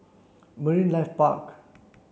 Marine Life Park